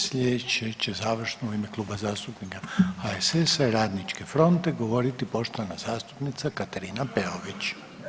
Slijedeće će završno u ime Kluba zastupnika HSS-a i Radničke fronte govoriti poštovana zastupnica Katarina Peović.